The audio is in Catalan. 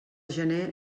gener